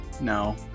No